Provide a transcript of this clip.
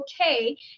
okay